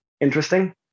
interesting